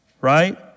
Right